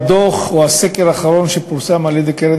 הדוח או הסקר האחרון שפורסם על-ידי הקרן